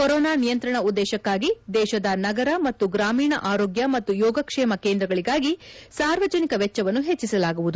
corona ನಿಯಂತ್ರಣ ಉದ್ದೇಶಕ್ಕಾಗಿ ದೇಶದ ನಗರ ಮತ್ತು ಗ್ರಾಮೀಣ ಆರೋಗ್ಯ ಮತ್ತು ಯೋಗಕ್ಷೇಮ ಕೇಂದ್ರಗಳಿಗಾಗಿ ಸಾರ್ವಜನಿಕ ವೆಚ್ಚವನ್ನು ಹೆಚ್ಚಿಸಲಾಗುವುದು